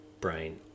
brain